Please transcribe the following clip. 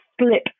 slip